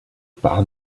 par